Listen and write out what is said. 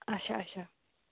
اچھا اچھا